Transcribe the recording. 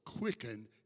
quicken